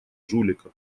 жулика